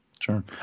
Sure